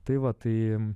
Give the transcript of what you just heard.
tai va tai